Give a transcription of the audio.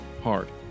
hard